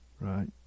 right